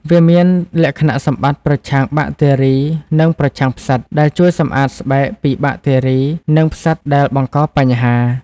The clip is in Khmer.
វាមានលក្ខណៈសម្បត្តិប្រឆាំងបាក់តេរី និងប្រឆាំងផ្សិត ដែលជួយសម្អាតស្បែកពីបាក់តេរី និងផ្សិតដែលបង្កបញ្ហា។